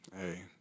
hey